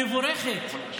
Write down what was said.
המבורכת,